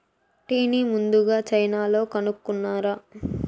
టీని ముందుగ చైనాలో కనుక్కున్నారు